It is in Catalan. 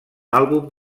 àlbum